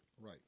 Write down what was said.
Right